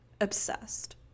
obsessed